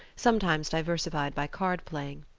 sometimes diversified by card-playing.